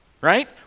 Right